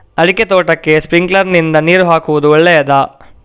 ಅಡಿಕೆ ತೋಟಕ್ಕೆ ಸ್ಪ್ರಿಂಕ್ಲರ್ ನಿಂದ ನೀರು ಹಾಕುವುದು ಒಳ್ಳೆಯದ?